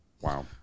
wow